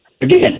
again